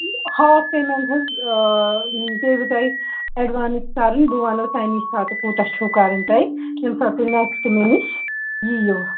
half payment حظ پیٚیِوٕ تۄہہِ ایٚڈوانٕس کَرٕنۍ بہٕ وَنَو تمے ساتہٕ کوٗتاہ چھُو کَرُن تۄہہِ ییٚمہِ ساتہٕ تُہۍ نیٚکٕسٹ مےٚ نِش یِیُو